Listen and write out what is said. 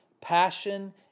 passion